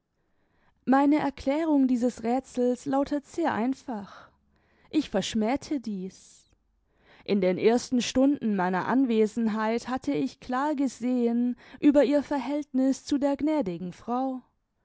meine erklärung dieses räthsels lautet sehr einfach ich verschmähte dieß in den ersten stunden meiner anwesenheit hatte ich klar gesehen über ihr verhältniß zu der gnädigen frau